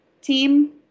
team